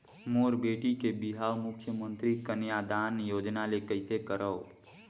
मोर बेटी के बिहाव मुख्यमंतरी कन्यादान योजना ले कइसे करव?